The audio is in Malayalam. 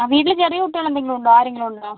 വീട്ടിൽ ചെറിയ കുട്ടികൾ എന്തെങ്കിലും ഉണ്ടോ ആരെങ്കിലും ഉണ്ടോ